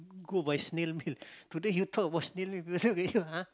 go by snail mail today you talk about snail mail people will be !huh!